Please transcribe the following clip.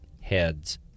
heads